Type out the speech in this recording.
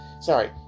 sorry